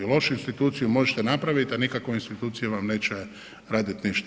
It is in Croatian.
Lošu instituciju možete napraviti, a nikakva institucija vam neće raditi ništa.